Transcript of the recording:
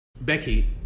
Becky